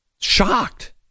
shocked